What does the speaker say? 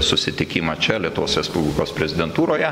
susitikimą čia lietuvos respublikos prezidentūroje